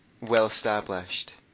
well-established